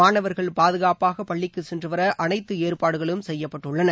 மாணவர்கள் பாதுகாப்பாக பள்ளிக்கு சென்று வர அனைத்து ஏற்பாடுகளும் செய்யப்பட்டுள்ளன